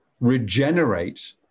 regenerate